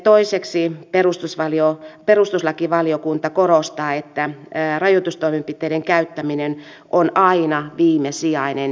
toiseksi perustuslakivaliokunta korostaa että rajoitustoimenpiteiden käyttäminen on aina viimesijainen keino